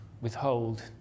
withhold